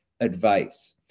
advice